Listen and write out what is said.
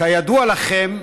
כידוע לכם,